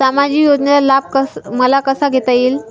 सामाजिक योजनेचा लाभ मला कसा घेता येईल?